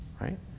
right